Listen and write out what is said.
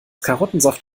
karottensaft